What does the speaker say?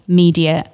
media